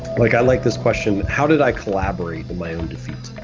like i like this question, how did i collaborate in my own defeat?